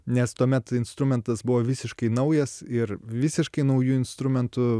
nes tuomet instrumentas buvo visiškai naujas ir visiškai nauju instrumentu